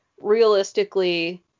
Realistically